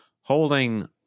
Holding